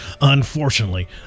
Unfortunately